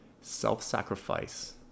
self-sacrifice